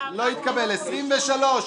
הצבעה בעד,